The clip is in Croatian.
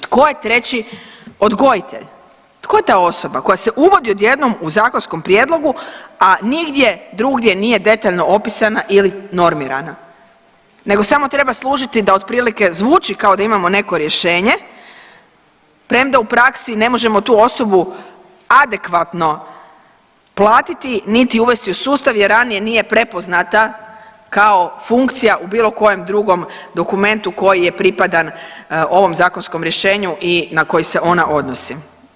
Tko je treći odgojitelj, tko je ta osoba koja se uvodi odjednom u zakonskom prijedlogu, a nigdje drugdje nije detaljno opisana ili normirana nego samo treba služiti da otprilike zvuči kao da imamo neko rješenje premda u praksi ne možemo tu osobu adekvatno platiti niti uvesti u sustav jer ranije nije prepoznata kao funkcija u bilo kojem drugom dokumentu koji je pripadan ovom zakonskom rješenju i na koji se ona odnosi.